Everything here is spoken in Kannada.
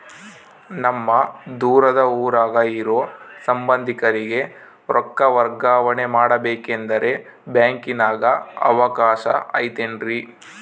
ನಮ್ಮ ದೂರದ ಊರಾಗ ಇರೋ ಸಂಬಂಧಿಕರಿಗೆ ರೊಕ್ಕ ವರ್ಗಾವಣೆ ಮಾಡಬೇಕೆಂದರೆ ಬ್ಯಾಂಕಿನಾಗೆ ಅವಕಾಶ ಐತೇನ್ರಿ?